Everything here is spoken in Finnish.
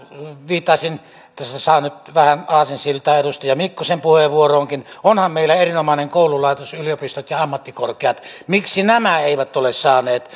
viittaisin siihen tästä saa nyt vähän aasinsiltaa edustaja mikkosen puheenvuoroonkin että onhan meillä erinomainen koululaitos yliopistot ja ja ammattikorkeat miksi nämä eivät ole saaneet